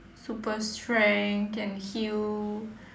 super strength can heal